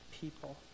people